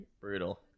brutal